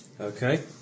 Okay